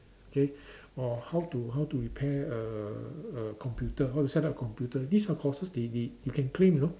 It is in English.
okay or how to how to repair a a a computer how to set up a computer these are courses they they you can claim you know